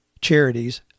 charities